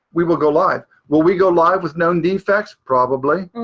we will go live. will we go live with known defects? probably.